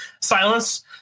silence